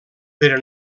però